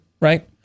right